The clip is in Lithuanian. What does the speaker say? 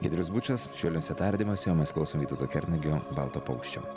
giedrius bučas švelniuose tardymuose o mes klausom vytauto kernagio balto paukščio